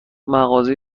مغازه